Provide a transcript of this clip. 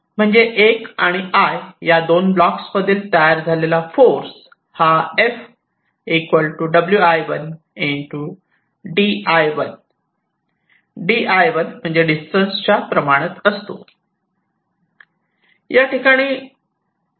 म्हणजे 1 आणि I या दोन ब्लॉक्स मधील तयार झालेला फोर्स हा F Wi1 di1 di1 म्हणजे डिस्टन्स च्या प्रमाणात असतो